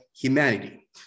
humanity